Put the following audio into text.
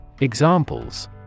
Examples